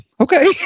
okay